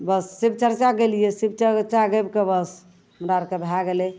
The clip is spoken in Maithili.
बस शिव चरचा गएलिए शिव चरचा गाबिके बस हमरा आओरके भए गेलै